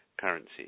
currencies